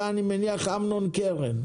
אני מניח שאתה אמנון קרן.